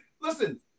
listen